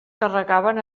carregaven